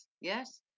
yes